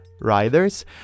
riders